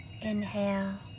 Inhale